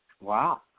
Wow